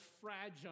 fragile